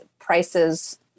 prices